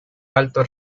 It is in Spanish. alto